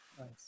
Nice